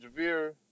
Javier